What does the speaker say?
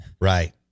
right